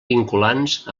vinculants